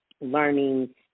learning